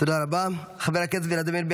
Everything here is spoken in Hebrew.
התפרצות זיהומים עמידים